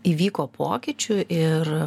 įvyko pokyčių ir